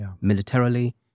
militarily